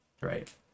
Right